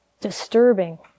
disturbing